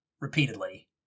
repeatedly